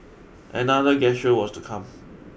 another gesture was to come